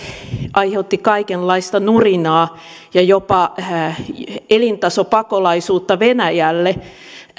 aiheutti kaikenlaista nurinaa ja jopa elintasopakolaisuutta venäjälle